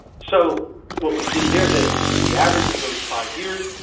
so what we did there then, as we took the average of those five years,